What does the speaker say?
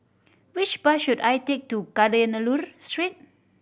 which bus should I take to Kadayanallur Street